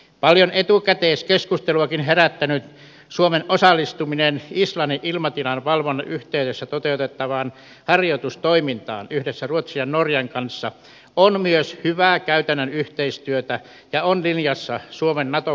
paljon etukäteiskeskusteluakin herättänyt suomen osallistuminen islannin ilmatilan valvonnan yhteydessä toteutettavaan harjoitustoimintaan yhdessä ruotsin ja norjan kanssa on myös hyvää käytännön yhteistyötä ja on linjassa suomen nato kumppanuusohjelman kanssa